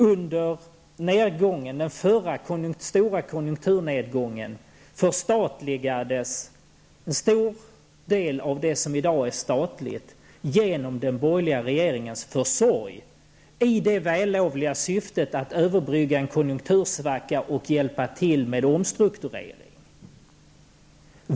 Under den förra stora konjunkturnedgången förstatligades en stor del av det som i dag är statligt genom den borgerliga regeringens försorg i det vällovliga syftet att överbrygga en konjunktursvacka och hjälpa till med omstruktureringen.